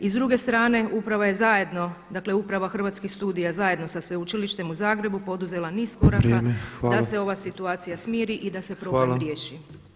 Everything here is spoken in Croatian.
I s druge strane, uprava je zajedno dakle Uprava Hrvatskih studija zajedno sa Sveučilištem u Zagrebu poduzela niz koraka [[Upadica Petrov: Vrijeme.]] da se ova situacija smiri i da se problem riješi.